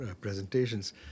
presentations